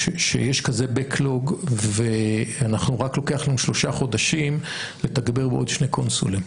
שיש כזה backlog ולוקח לנו שלושה חודשים לתגבר בשני קונסולים?